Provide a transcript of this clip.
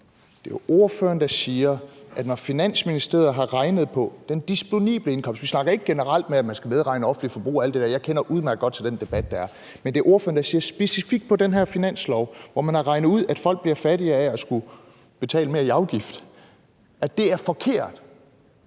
det er jo ordføreren, der siger, at når Finansministeriet har regnet på den disponible indkomst – vi snakker ikke om det generelt, hvor man skal medregne det offentlige forbrug og alt det der, og jeg kender udmærket godt til den debat, der er – og specifikt i forbindelse med den her finanslov har regnet ud, at folk bliver fattigere af at skulle betale mere i afgift, så er det forkert.